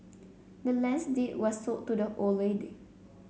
the land's deed was sold to the old lady